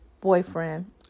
boyfriend